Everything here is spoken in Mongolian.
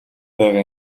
байгаа